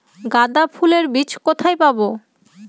গাঁদা ফুলের বীজ কোথায় পাবো?